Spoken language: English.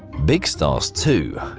big stars too,